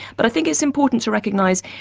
but i think it's important to recognise,